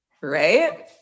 Right